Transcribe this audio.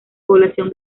población